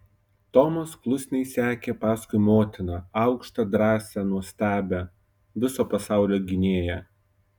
tomas klusniai sekė paskui motiną aukštą drąsią nuostabią viso pasaulio gynėją